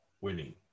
winning